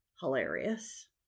hilarious